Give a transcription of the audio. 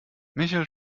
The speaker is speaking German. michel